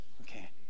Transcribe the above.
Okay